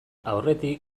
aurretik